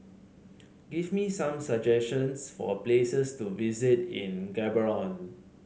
give me some suggestions for places to visit in Gaborone